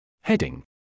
Heading